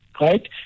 right